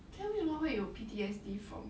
他们为什么会有 P_T_S_D from